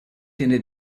tieni